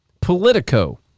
Politico